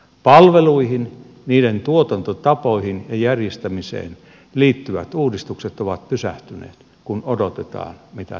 palveluihin niiden tuotantotapoihin ja järjestämiseen liittyvät uudistukset ovat pysähtyneet kun odotetaan mitä tuleman pitää